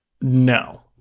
no